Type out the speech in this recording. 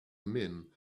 men